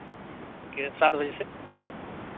ᱥᱟᱛ ᱵᱟᱡᱮ ᱥᱮᱫ